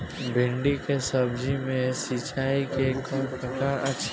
भिंडी के सब्जी मे सिचाई के कौन प्रकार अच्छा रही?